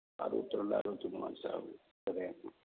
அறுபத்தி ரெண்டு அறுபத்தி மூணா சார் சரியா இருக்கும்